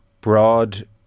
broad